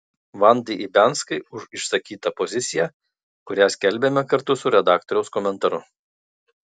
vandai ibianskai už išsakytą poziciją kurią skelbiame kartu su redaktoriaus komentaru